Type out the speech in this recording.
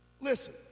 Listen